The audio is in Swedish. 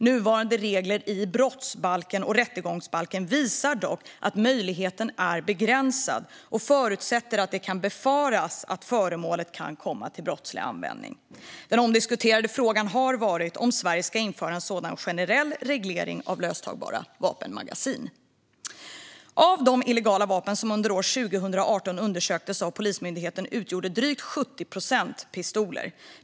Nuvarande regler i brottsbalken och rättegångsbalken visar att möjligheten är begränsad och förutsätter att det kan befaras att föremålet kan komma till brottslig användning. Den omdiskuterade frågan har varit om Sverige ska införa en sådan generell reglering av löstagbara vapenmagasin. Av de illegala vapen som under år 2018 undersöktes av Polismyndigheten utgjordes drygt 70 procent av pistoler.